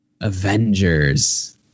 Avengers